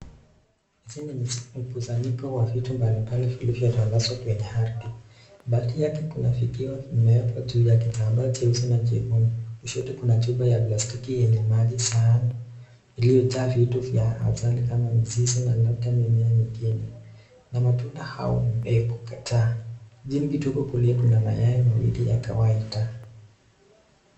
Hizi ni kusanyiko wa vitu mbalimbali vilivyo tandazwa kwenye ardhi, baadhi yake kuna viteo vimewekwa juu ya kitambaa jeusi na jekundu, kushoto kuna chupa ya plastiki yenye maji safi iliyojaa vitu vya asili kama mizizi na labda mimea nyingine na matunda au mbegu kadhaa. Chini kidogo kulia kuna mayai mawilli ya kawaida.